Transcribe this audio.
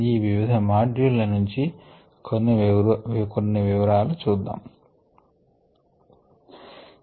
ఈ వివిధ మాడ్యూల్ ల నుంచి కొన్ని వివరాలు చూద్దాము